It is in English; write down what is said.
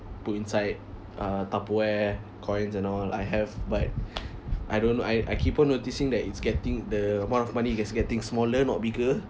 put inside a tupperware coins and all I have but I don't know I I keep on noticing that it's getting the amount of money is getting smaller not bigger